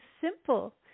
simple